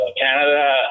canada